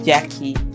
Jackie